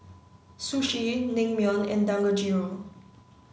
Sushi Naengmyeon and Dangojiru